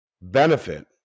benefit